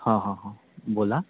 हां हां हां बोला